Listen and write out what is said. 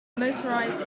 motorized